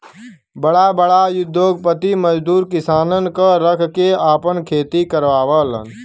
बड़ा बड़ा उद्योगपति मजदूर किसानन क रख के आपन खेती करावलन